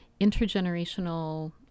intergenerational